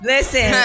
Listen